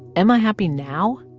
am i happy now?